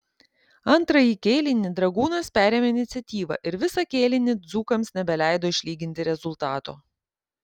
antrąjį kėlinį dragūnas perėmė iniciatyvą ir visą kėlinį dzūkams nebeleido išlyginti rezultato